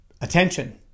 Attention